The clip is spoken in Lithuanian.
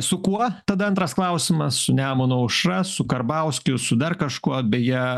su kuo tada antras klausimas su nemuno aušra su karbauskiu su dar kažkuo beje